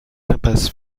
impasse